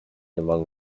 among